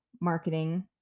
marketing